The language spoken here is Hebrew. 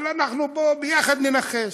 אבל אנחנו פה ביחד ננחש.